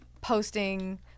posting